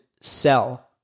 sell